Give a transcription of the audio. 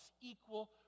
equal